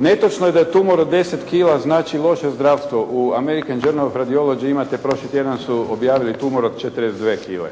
Netočno je da tumor od 10 kila znači loše zdravstvo. U American Journal of Radiology imate, prošli tjedan su objavili tumor od 42 kile.